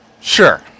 Sure